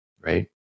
Right